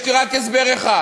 יש לי רק הסבר אחד: